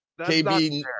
KB